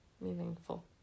Meaningful